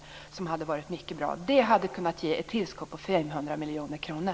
Det hade varit mycket bra. Det hade kunnat ge ett tillskott på 500 miljoner kronor.